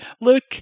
Look